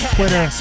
Twitter